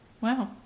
Wow